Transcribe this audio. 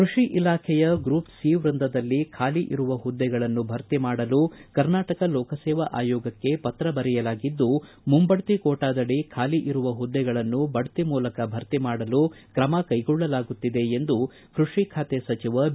ಕೃಷಿ ಇಲಾಖೆಯ group C ವೃಂದದಲ್ಲಿ ಖಾಲಿ ಇರುವ ಹುದ್ದೆಗಳನ್ನು ಭರ್ತಿ ಮಾಡಲು ಕರ್ನಾಟಕ ಲೋಕಸೇವಾ ಆಯೋಗಕ್ಕೆ ಪತ್ರ ಬರೆಯಲಾಗಿದ್ದು ಮುಂಬಡ್ತಿ ಕೋಟಾದಡಿ ಖಾಲಿ ಇರುವ ಹುದ್ದೆಗಳನ್ನು ಬಡ್ತಿ ಮೂಲಕ ಭರ್ತಿ ಮಾಡಲು ಕ್ರಮ ಕೈಗೊಳ್ಳಲಾಗುತ್ತಿದೆ ಎಂದು ಕೈಷಿ ಸಚಿವ ಬಿ